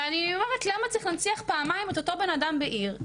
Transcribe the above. ואני אומרת למה צריך להנציח פעמיים את אותו בן-אדם בעיר,